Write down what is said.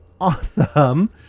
awesome